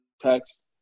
text